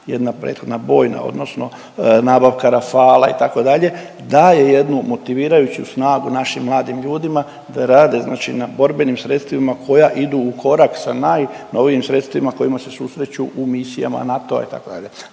jedna prethodna bojna, odnosno nabavka Rafala itd. daje jednu motivirajuću snagu našim mladim ljudima da rade, znači na borbenim sredstvima koja idu u korak sa najnovijim sredstvima kojima se susreću u misijama NATO-a itd.